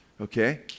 okay